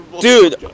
Dude